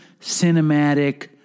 cinematic